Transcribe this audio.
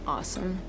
Awesome